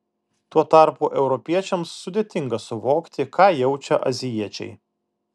tuo tarpu europiečiams sudėtinga suvokti ką jaučia azijiečiai